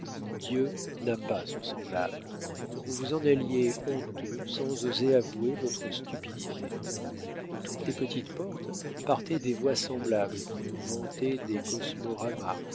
dieu n'a pas son semblable vous vous en alliez honteux sans oser avouer votre stupidité de toutes les petites portes partaient des voix semblables qui vous vantaient des cosmoramas